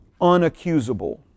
Unaccusable